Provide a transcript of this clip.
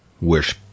wish